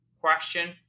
question